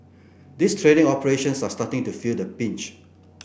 these trading operations are starting to feel the beach